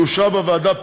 והיא אושרה בוועדה פה-אחד.